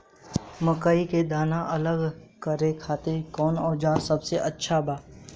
मकई के दाना अलग करे खातिर कौन औज़ार सबसे अच्छा बा?